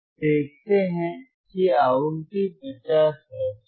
हम देखते हैं कि आवृत्ति 50 हर्ट्ज है